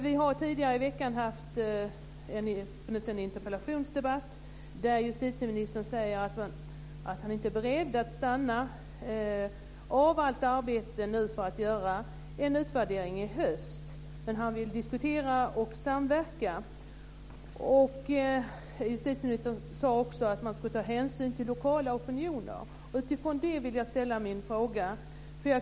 Vi har tidigare i veckan haft en interpellationsdebatt där justitieministern sade att han inte är beredd att stanna av allt arbete för att göra en utvärdering i höst, men att han vill diskutera och samverka. Justitieministern sade också att man ska ta hänsyn till lokala opinioner. Utifrån det vill jag ställa min fråga.